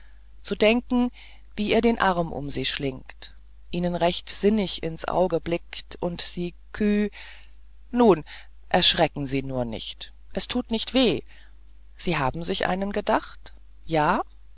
zu denken wie er den arm um sie schlingt ihnen recht sinnig ins auge blickt und sie kü nun erschrecken sie nur nicht es tut nicht weh sie haben sich einen gedacht ja